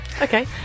okay